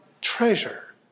treasure